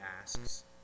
asks